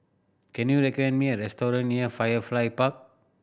can you recommend me a restaurant near Firefly Park